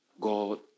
God